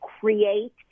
create